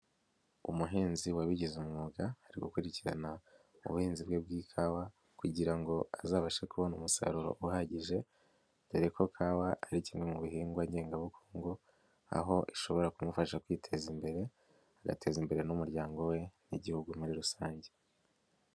Umuhinzi wabigize umwuga, ari gukurikirana ubuhinzi bwe bw'ikawa kugira ngo azabashe kubona umusaruro uhagije, dore ko kawa ari kimwe mu bihingwa ngengabukungu, aho ishobora kumufasha kwiteza imbere, agateza imbere n'umuryango we n'igihugu muri rusange.